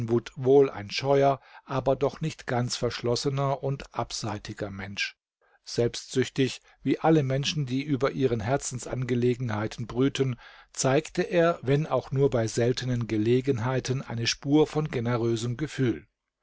wohl ein scheuer aber doch nicht ganz verschlossener und abseitiger mensch selbstsüchtig wie alle menschen die über ihren herzensangelegenheiten brüten zeigte er wenn auch nur bei seltenen gelegenheiten eine spur von generösem gefühl